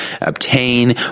obtain